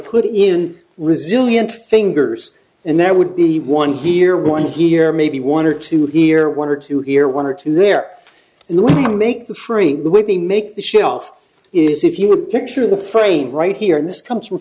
put in resilient fingers and that would be one here one here maybe one or two here one or two here one or two there and the make the frame with the make the shelf is if you would picture the frame right here and this comes from